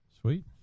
Sweet